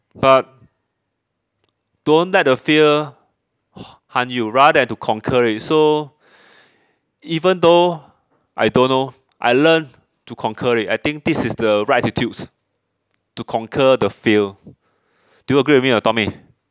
but don't let the fear ho~ hunt you rather than to conquer it so even though I don't know I learn to conquer it I think this is the right attitudes to conquer the fear do you agree with me or not tommy